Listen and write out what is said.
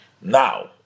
now